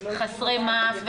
חסרי מעש,